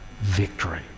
victory